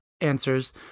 Answers